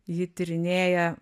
ji tyrinėja